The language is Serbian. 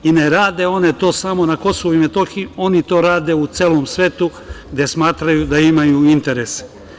I ne rade one to samo na KiM, oni to rade u celom svetu, gde smatraju da imaju interese.